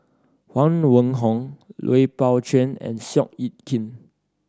Huang Wenhong Lui Pao Chuen and Seow Yit Kin